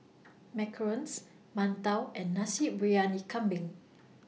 Macarons mantou and Nasi Briyani Kambing